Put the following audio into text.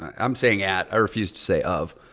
i'm saying at. i refuse to say of.